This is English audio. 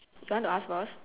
do you want to ask first